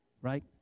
right